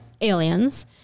aliens